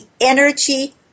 energy